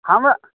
हम